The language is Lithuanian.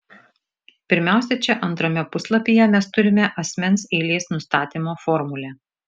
pirmiausia čia antrame puslapyje mes turime asmens eilės nustatymo formulę